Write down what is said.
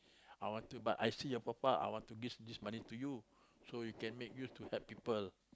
I want to but I see your profile I want to give this money to you so you can make use to help people